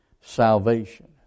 salvation